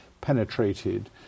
penetrated